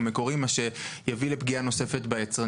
והקול הקורא יפורסם,